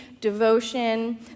devotion